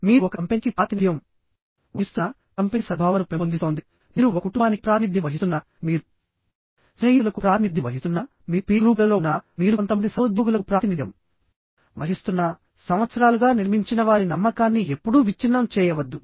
మీరు ఒక కంపెనీకి ప్రాతినిధ్యం వహిస్తున్నా కంపెనీ సద్భావనను పెంపొందిస్తోందిమీరు ఒక కుటుంబానికి ప్రాతినిధ్యం వహిస్తున్నామీరు స్నేహితులకు ప్రాతినిధ్యం వహిస్తున్నామీరు పీర్ గ్రూపులలో ఉన్నా మీరు కొంతమంది సహోద్యోగులకు ప్రాతినిధ్యం మీరు దానిని అభివృద్ధి చేయడానికి మరియు నిర్మించడానికి ప్రయత్నించిన తర్వాత వహిస్తున్నా సంవత్సరాలుగా నిర్మించిన వారి నమ్మకాన్ని ఎప్పుడూ విచ్ఛిన్నం చేయవద్దు